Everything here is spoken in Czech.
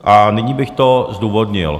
A nyní bych to zdůvodnil.